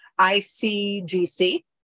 ICGC